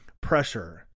pressure